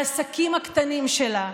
לעסקים הקטנים שלה,